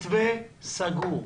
מתווה סגור.